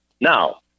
Now